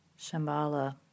Shambhala